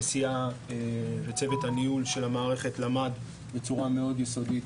הנשיאה וצוות הניהול של המערכת למד בצורה מאוד יסודית